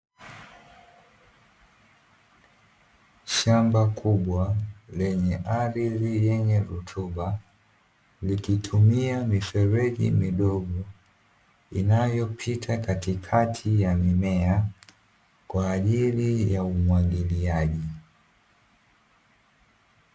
Shamba kubwa lenye ardhi yenye rutuba likitumia mifereji midogo inayopita katikati ya mimea kwa ajili ya umwagiliaji.